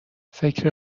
فکر